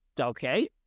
okay